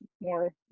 more